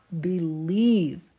believe